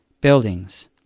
Buildings